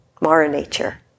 Mara-nature